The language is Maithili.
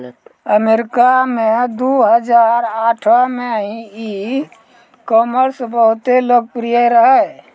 अमरीका मे दु हजार आठो मे ई कामर्स बहुते लोकप्रिय रहै